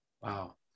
Wow